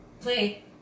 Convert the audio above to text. Play